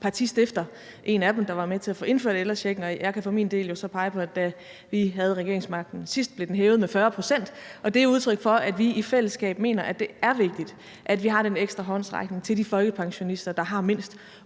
partistifter, en af dem, der var med til at få indført ældrechecken. Og jeg kan for min del jo så pege på, at den, da vi havde regeringsmagten sidst, blev hævet med 40 pct. Det er udtryk for, at vi i fællesskab mener, at det er vigtigt, at vi har den ekstra håndsrækning til de folkepensionister, der har mindst,